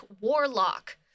warlock